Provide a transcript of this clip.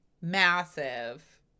massive